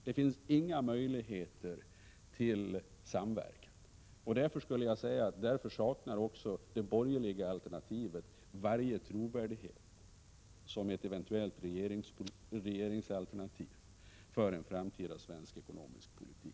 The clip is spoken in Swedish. Det finns inga möjligheter till samverkan. Därför saknar det borgerliga alternativet all trovärdighet som ett regeringsalternativ i fråga om en framtida svensk ekonomisk politik.